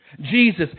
Jesus